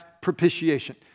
propitiation